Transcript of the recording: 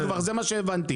זה מה שהבנתי.